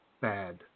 bad